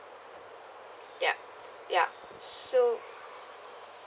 yeah yup so